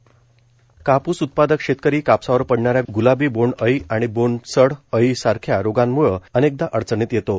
नाना पटोले कापूस उत्पादक शेतकरी कापसावर पडणाऱ्या गुलाबी बोंडअळी आणि बोंडसड अळीसारख्या रोगांमुळं अनेकदा अडचणीत येतो